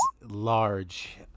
large